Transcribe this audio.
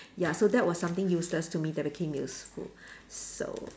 ya so that was something useless to me that became useful so